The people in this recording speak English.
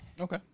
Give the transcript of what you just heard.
Okay